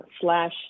slash